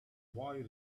boy